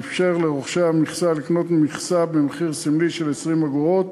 שאפשר לרוכשי המכסה לקנות מכסה במחיר סמלי של 20 אגורות,